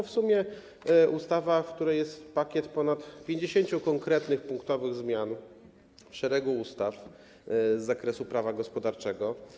W sumie to ustawa, w której jest pakiet ponad 50 konkretnych punktowych zmian szeregu ustaw z zakresu prawa gospodarczego.